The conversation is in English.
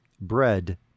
bread